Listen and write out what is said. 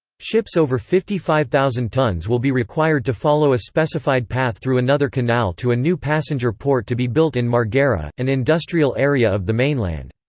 ships over fifty five thousand tons will be required to follow a specified path through another canal to a new passenger port to be built in marghera, an industrial area of the mainland.